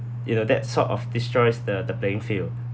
you know that sort of destroys the the playing field